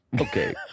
Okay